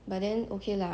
like 不错 [one]